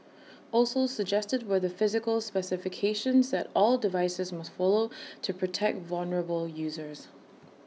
also suggested were the physical specifications that all devices must follow to protect vulnerable users